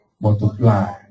Multiply